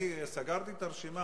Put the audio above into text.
אני סגרתי את הרשימה.